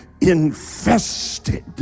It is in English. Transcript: infested